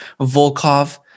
Volkov